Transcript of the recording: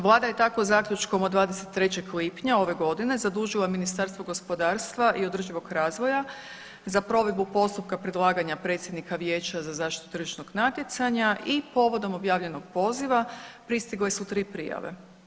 Vlada je tako zaključkom od 23. lipnja ove godine zadužila Ministarstvo gospodarstva i održivog razvoja za provedbu postupka predlaganja predsjednika predsjednice Vijeća za zaštitu tržišnog natjecanja i povodom objavljenog poziva pristigle su tri prijave.